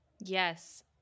Yes